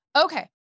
Okay